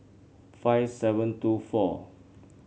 five seven two four